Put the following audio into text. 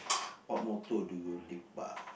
what motto do you live by